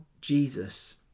Jesus